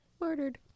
murdered